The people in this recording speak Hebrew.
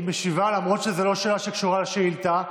היא משיבה למרות שזאת לא שאלה שקשורה לשאילתה.